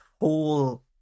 whole